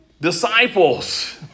disciples